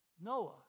Noah